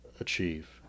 achieve